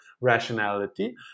rationality